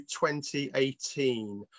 2018